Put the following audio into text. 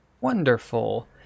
Wonderful